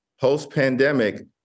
post-pandemic